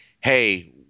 hey